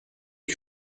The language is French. que